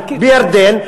בירדן,